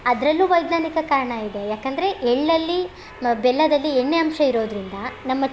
ಅದರಲ್ಲೂ ವೈಜ್ಞಾನಿಕ ಕಾರಣ ಇದೆ ಯಾಕಂದರೆ ಎಳ್ಳಲ್ಲಿ ನಾವು ಬೆಲ್ಲದಲ್ಲಿ ಎಣ್ಣೆ ಅಂಶ ಇರೋದರಿಂದ ನಮ್ಮ